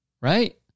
right